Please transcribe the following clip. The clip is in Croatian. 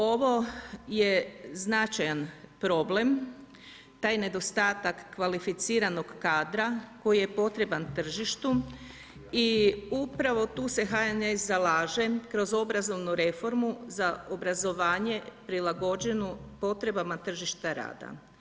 Ovo je značajan problem, taj nedostatak kvalificiranog kadra koji je potreban tržištu i upravo tu se HNS zalaže kroz obrazovnu reformu za obrazovanje prilagođenu potrebama tržišta rada.